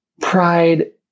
pride